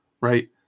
right